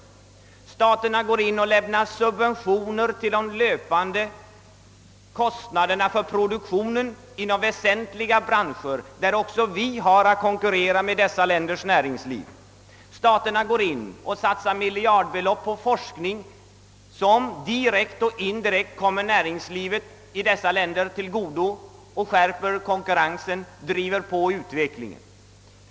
De lämnar subventioner till de löpande kostnaderna för produktionen inom väsentliga branscher, där också vi har att konkurrera. Staterna satsar miljardbelopp på forskning, som direkt och indirekt kommer deras näringsliv till godo, skärper konkurrensen och driver fram utvecklingen.